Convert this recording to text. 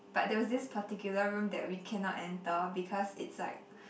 but there was this particular room that we cannot enter because it's like